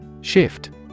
Shift